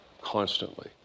constantly